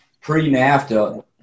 pre-NAFTA